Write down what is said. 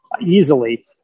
easily